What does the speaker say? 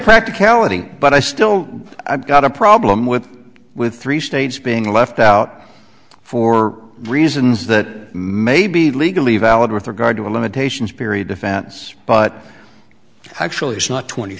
practicality but i still i've got a problem with with three states being left out for reasons that may be legally valid with regard to limitations period defense but actually it's not twenty